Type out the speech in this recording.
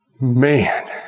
man